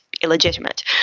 Illegitimate